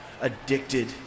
addicted